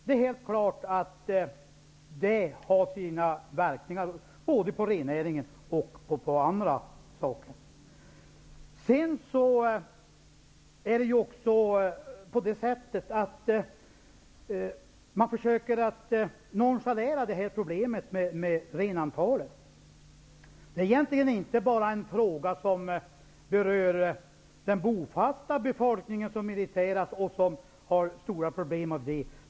Det är helt klart att det får verkningar både på rennäringen och annat. Man försöker nonchalera problemet med renantalet. Det är inte bara en fråga som berör den bofasta befolkningen, som irriteras och har stora problem.